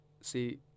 See